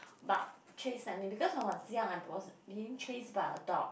bark chase at me because I was young I was being chased by a dog